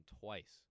twice